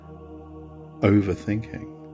Overthinking